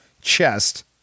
chest